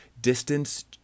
distance